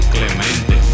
Clemente